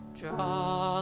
draw